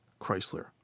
Chrysler